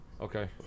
Okay